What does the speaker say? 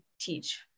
teach